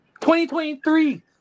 2023